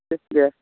दे